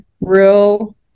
real